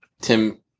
Tim